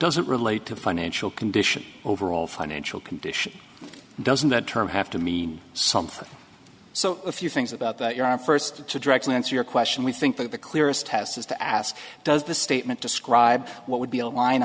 doesn't relate to financial condition overall financial condition doesn't that term have to mean something so a few things about that you're on first to directly answer your question we think that the clearest test is to ask does the statement describe what would be a line